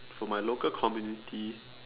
for my local community